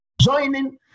joining